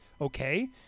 okay